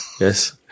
Yes